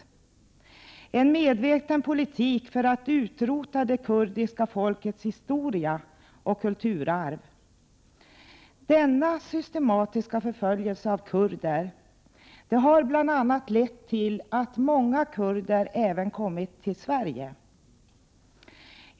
Det är en medveten politik i syfte att utrota det kurdiska folkets historia och kulturarv. Denna systematiska förföljelse av kurder har bl.a. lett till att många kurder kommit även till Sverige.